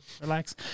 relax